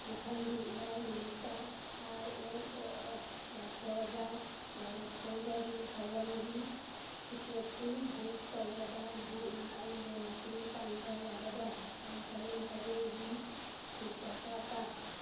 ꯃꯊꯪꯒꯤ ꯏꯔꯥꯏ ꯅꯨꯃꯤꯠꯇ ꯑꯥꯏ ꯑꯦꯟ ꯑꯣ ꯑꯦꯛꯁ ꯃꯍꯦꯁꯣꯔꯗ ꯂꯥꯏꯔꯤꯛ ꯐꯣꯡꯕꯒꯤ ꯊꯧꯔꯝꯒꯤ ꯇꯤꯛꯀꯦꯠꯁꯤꯡ ꯕꯨꯛ ꯇꯧꯕꯗ ꯅꯍꯥꯛꯅ ꯑꯩꯕꯨ ꯃꯇꯦꯡ ꯄꯥꯡꯕ ꯌꯥꯒꯗ꯭ꯔꯥ ꯑꯩ ꯁꯕꯦꯟ ꯁꯕꯦꯟꯒꯤ ꯁꯤꯠ ꯗꯔꯀꯥꯔ ꯇꯥꯏ